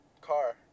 Car